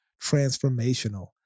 transformational